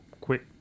quick